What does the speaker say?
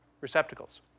receptacles